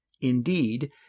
Indeed